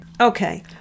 Okay